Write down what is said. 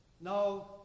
No